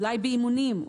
אולי באימונים,